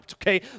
Okay